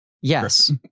Yes